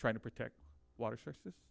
trying to protect water sources